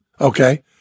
Okay